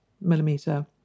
millimeter